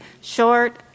short